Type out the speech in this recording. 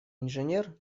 инженер